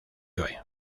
joe